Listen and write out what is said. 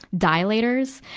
dilators,